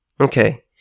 okay